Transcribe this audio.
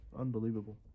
Unbelievable